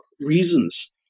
reasons